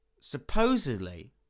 Supposedly